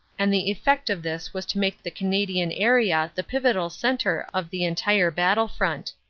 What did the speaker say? and the effect of this was to make the canadian area the pivotal centre of the en tire battle front.